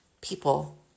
people